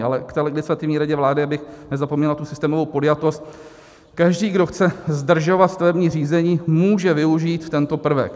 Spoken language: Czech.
Ale k té Legislativní radě vlády, abych nezapomněl na systémovou podjatost: každý, kdo chce zdržovat stavební řízení, může využít tento prvek.